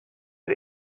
bir